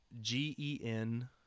G-E-N